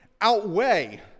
outweigh